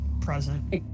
present